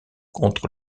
contre